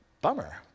Bummer